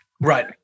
Right